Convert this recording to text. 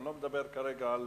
אני לא מדבר כרגע על